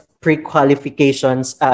pre-qualifications